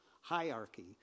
hierarchy